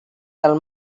del